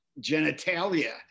genitalia